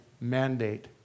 mandate